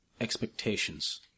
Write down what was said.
expectations